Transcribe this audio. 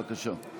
בבקשה.